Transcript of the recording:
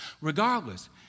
Regardless